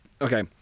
okay